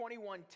21.10